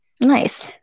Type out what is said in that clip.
Nice